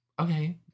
okay